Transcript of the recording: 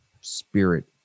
spirit